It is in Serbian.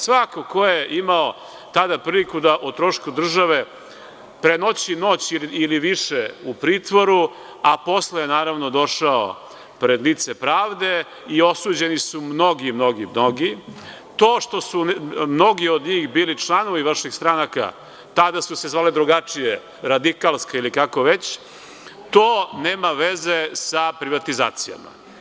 Svako ko je imao tada priliku da o trošku države prenoći noć ili više u pritvoru, a posle je naravno došao pred lice pravde i osuđeni su mnogi, mnogi, mnogi, to što su mnogi od njih bili članovi vaših stranaka, tada su se zvale drugačije, radikalska ili kako već, to nema veze sa privatizacijama.